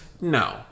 No